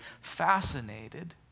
fascinated